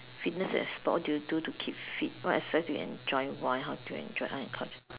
fitness and sport what do you do to keep fit what exercise you can join why how do you enjoy art and culture